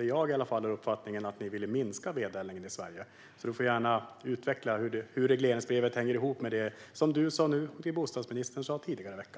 I alla fall jag hade uppfattningen att ni ville minska vedeldningen i Sverige, så miljöministern får gärna utveckla hur regleringsbrevet hänger ihop med det som hon sa nu och det bostadsministern sa tidigare i veckan.